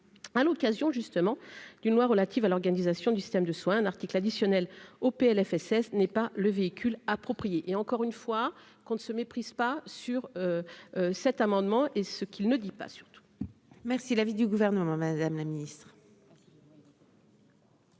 à l'occasion justement d'une loi relative à l'organisation du système de soins un article additionnel au PLFSS n'est pas le véhicule approprié et encore une fois qu'on ne se méprise pas sur cet amendement est-ce qu'il ne dit pas surtout. Merci l'avis du gouvernement, Madame la Ministre.